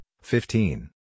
fifteen